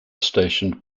stationed